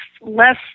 less